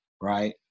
Right